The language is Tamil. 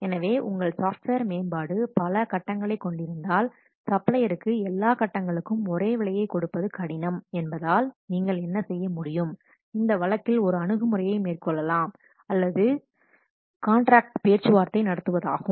எனவே உங்கள் சாஃப்ட்வேர் மேம்பாடு பல கட்டங்களைக் கொண்டிருந்தால் சப்ளையருக்கு எல்லா கட்டங்களுக்கும் ஒரே விலையைக் கொடுப்பது கடினம் என்பதால் நீங்கள் என்ன செய்ய முடியும் இந்த வழக்கில் ஒரு அணுகு முறையை மேற்கொள்ளலாம் அல்லது ஒரு அணுகுமுறை என்பது தொடர்ச்சியான காண்ட்ராக்ட் பேச்சுவார்த்தை நடத்துவதாகும்